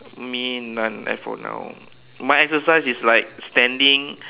me none as for now my exercise is like standing